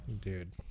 Dude